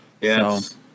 Yes